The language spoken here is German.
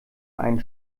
einen